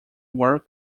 world